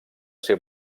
ser